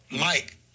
Mike